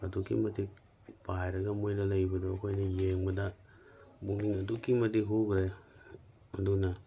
ꯑꯗꯨꯛꯀꯤ ꯃꯇꯤꯛ ꯄꯥꯏꯔꯒ ꯃꯣꯏꯅ ꯂꯩꯕꯗꯨ ꯑꯩꯈꯣꯏꯅ ꯌꯦꯡꯕꯗ ꯃꯑꯣꯡ ꯑꯗꯨꯛꯀꯤ ꯃꯇꯤꯛ ꯍꯨꯈ꯭ꯔꯦ ꯑꯗꯨꯅ